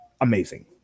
amazing